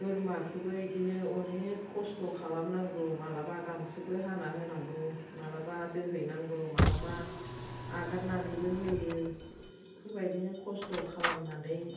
बोरमाखौबो बिदिनो अनेक खस्त' खालामनांगौ माब्लाबा गांसोबो हाना होनांगौ माब्लाबा दोहैनांगौ माब्लाबा एंगारनानैबो होयो बेफोरबायदिनो कस्त' खालामनानै